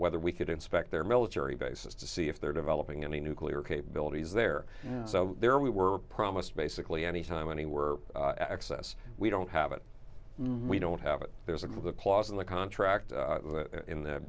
whether we could inspect their military bases to see if they're developing any nuclear capabilities there so there we were promised basically anytime anywhere access we don't have it we don't have it there's applause and the contract